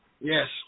Yes